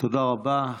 תודה רבה.